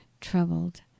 troubled